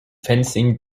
fencing